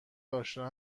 آشنا